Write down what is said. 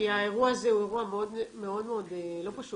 האירוע הזה הוא אירוע מאוד לא פשוט.